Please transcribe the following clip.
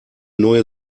neue